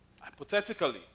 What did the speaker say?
hypothetically